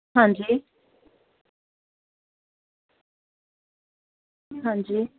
ਹਾਂਜੀ ਹਾਂਜੀ